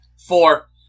Four